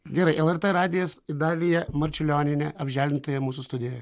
gerai lrt radijas idalija marčiulionienė apželdintoja mūsų studijoje